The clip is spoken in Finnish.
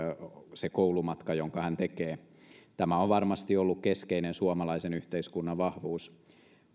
se koulumatka jonka hän tekee tämä on varmasti ollut keskeinen suomalaisen yhteiskunnan vahvuus